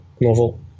novel